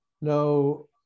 no